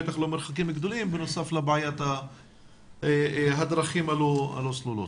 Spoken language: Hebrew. בטח לא מרחקים גדולים בנוסף לבעיית הדרכים הלא סלולות,